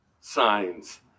signs